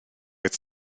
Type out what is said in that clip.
oedd